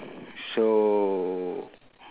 so